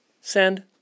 send